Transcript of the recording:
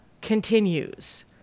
continues